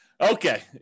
Okay